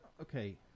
okay